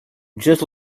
just